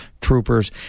troopers